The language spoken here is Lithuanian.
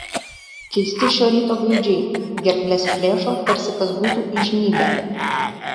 keisti šio ryto gaidžiai gerkles plėšo tarsi kas būtų įžnybę